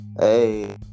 hey